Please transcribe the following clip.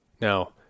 Now